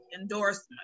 endorsement